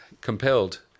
compelled